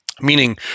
meaning